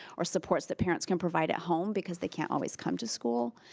or supports the parents can provide at home because they can't always come to school.